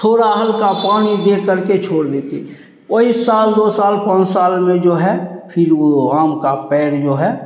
थोड़ा हल्का पानी दे करके छोड़ देते साल दो साल पाँच साल में जो है फिर वो आम का पेड़ जो है